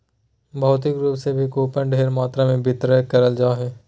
भौतिक रूप से भी कूपन ढेर मात्रा मे वितरित करल जा हय